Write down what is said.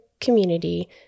community